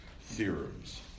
theorems